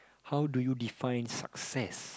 how do you define success